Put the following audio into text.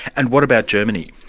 and what about germany?